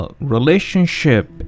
relationship